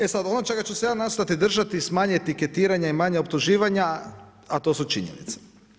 E sad ono čega ću se ja nastojati držati, smanjiti etiketiranje i manje optuživanja a to su činjenice.